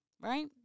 right